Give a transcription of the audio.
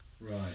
Right